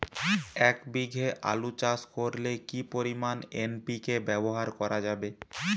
এক বিঘে আলু চাষ করলে কি পরিমাণ এন.পি.কে ব্যবহার করা যাবে?